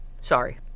sorry